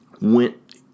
Went